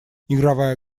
игровая